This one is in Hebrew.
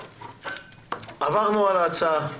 עברנו על ההצעה.